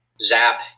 zap